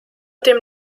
dem